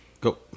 go